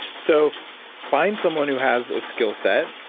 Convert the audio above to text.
so find someone who has a skillset,